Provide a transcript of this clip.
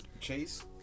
Chase